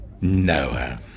Noah